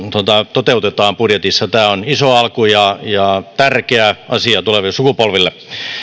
toteutetaan budjetissa tämä on iso alku ja ja tärkeä asia tuleville sukupolville